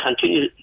continue